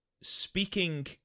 Speaking